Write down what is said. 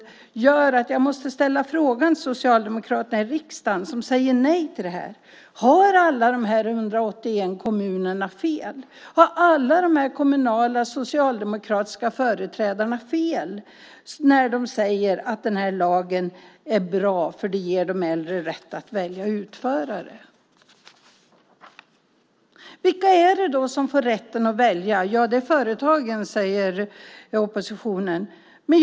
Det gör att jag måste fråga socialdemokraterna i riksdagen, som säger nej till detta: Har alla de 181 kommunerna fel? Har alla dessa socialdemokratiska kommunföreträdare fel när de säger att lagen är bra för att den ger de äldre rätt att välja utförare? Vilka är det då som får rätten att välja? Det är företagen, säger oppositionen.